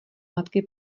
matky